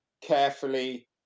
carefully